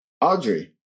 Audrey